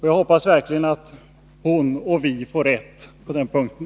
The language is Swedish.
Jag hoppas verkligen att hon och vi får rätt på den punkten.